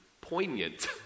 poignant